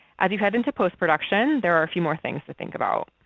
as you head into postproduction there are a few more things to think about.